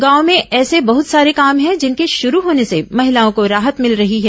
गांव में ऐसे बहत सारे काम हैं जिनके शुरू होने से महिलाओं को राहत मिल रही है